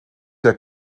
der